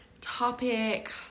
topic